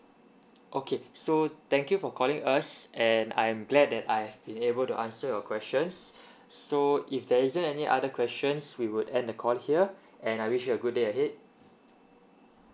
okay so thank you for calling us and I'm glad that I have been able to answer your questions so if there isn't any other questions we would end the call here and I wish you a good day ahead